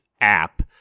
app